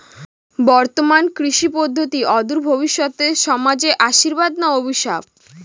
বর্তমান কৃষি পদ্ধতি অদূর ভবিষ্যতে সমাজে আশীর্বাদ না অভিশাপ?